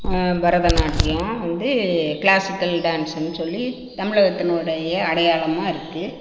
பரதநாட்டியம் வந்து கிளாசிக்கல் டான்ஸ்ன்னு சொல்லி தமிழகத்தினோடய அடையாளமாக இருக்குது